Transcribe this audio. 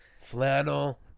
flannel